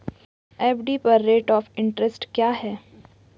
FD पर rate of interest क्या है?